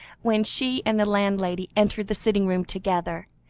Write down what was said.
when she and the landlady entered the sitting-room together,